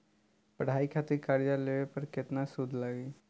पढ़ाई खातिर कर्जा लेवे पर केतना सूद लागी?